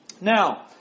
now